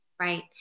Right